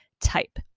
type